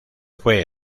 fue